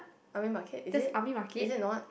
army market is it is it not